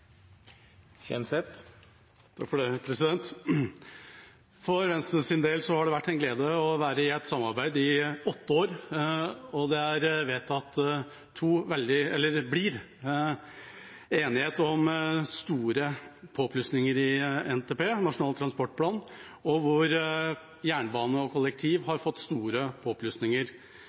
For Venstres del har det vært en glede å være i et samarbeid i åtte år, og det blir enighet om store påplussinger i NTP, Nasjonal transportplan, for jernbane og kollektiv. Vei utgjør i dag 50 pst., og for første gang har vi hevet jernbane og kollektiv,